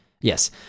yes